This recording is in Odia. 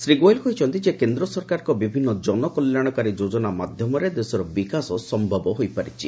ଶ୍ରୀ ଗୋଏଲ କହିଛନ୍ତି ଯେ କେନ୍ଦ ସରକାରଙ୍କ ବିଭିନ୍ନ ଜନକଲ୍ୟାଣକାରୀ ଯୋଜନା ମାଧ୍ୟମରେ ଦେଶର ବିକାଶ ସମ୍ଭବ ହୋଇପାରିଛି